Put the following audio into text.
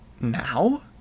Now